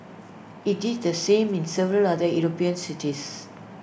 IT did the same in several other european cities